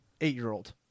eight-year-old